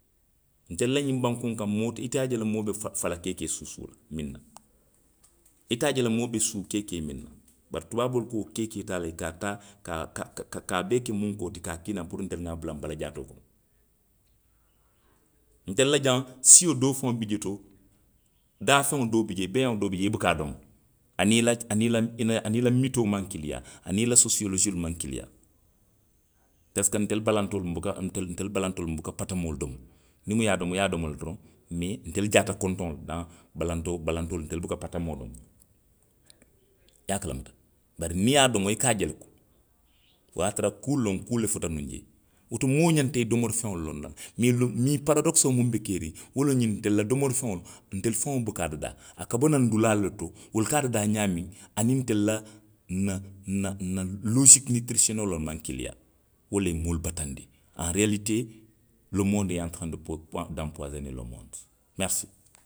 Ntelu la ňiŋ bankuŋ kaŋ. moo te, ite a je la moo be fa fala keekee suusuu la, miŋ na, ite a je la moo be suu keekee miŋ na. bari tubaaboolu ka wo keekee taa le, a ka a taa, kaa, ka, ka, ka a bee ke munkoo ti, ka a a kii naŋ puru ntelu nŋa a bula nbala jaatoo to. Ntelu la jaŋ, sio doo faŋo bi jee to. daafeŋo doo bi jee, daafeŋo doo bi jee, i buka a domo. aniŋ i la, aniŋ i la, i la, aniŋ i la mitoo maŋ kilinyaa, aniŋ i la sosiyoolosiyoolu maŋ kilinyaa. Parisiko ntelu balantoolu. nbuka, ntelu, ntelu balantoolu nbuka patamoolu domo. Niŋ muŋ ye a domo, i ye a domo le doroŋ, mee ntelu jaata kontoŋolu haŋ, balantoo, balantoolu, ntelu muka patamoo domo. I ye a kalamuta. Bari niŋ i ye a domo, i ka a je le ko. Wo ye a tara kuulu loŋ, kuolu fota nuŋ jee. Woto moo ňanta i domori feŋolu loŋ na le. Mee lo. mee paradokisoo muŋ be keeriŋ. wo loŋ ňiŋ, ntelu la domori feŋolu, ntelu faŋo muka a dadaa, a ka bo naŋ dulaalu le to, wolu ka a dadaa ňaamiŋ. aniŋ ntelu la, nna, nna. nna loosiki nitirisiyoneloolu maŋ kilinyaa. Wo le ye moolu bataandi. Aŋ reyaalitee; lo mondu ee antereŋ do po. puwa danpuwasonee lo mondu, meerisi.